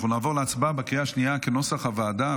אנחנו נעבור להצבעה בקריאה שנייה כנוסח הוועדה.